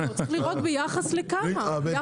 אבל גם צריך לראות ביחס לכמה, ביחס לכמות.